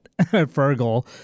Fergal